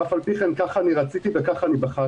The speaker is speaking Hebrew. ואף על פי כן כך אני רציתי וכך אני בחרתי.